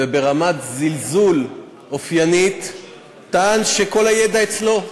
וברמת זלזול אופיינית טען שכל הידע אצלו,